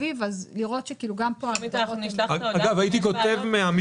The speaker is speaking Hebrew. הרי יש כאן כמה שנים טובות עד שזה פועל.